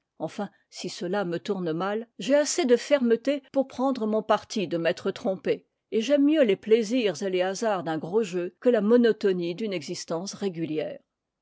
enfin si cela me tourne mal j'ai assez de fermeté pour prendre mon parti de m'êa tre trompé et j'aime mieux les plaisirs et les hasards d'un gros jeu que la monotonie d'une existence régulière